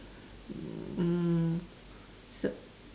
mm so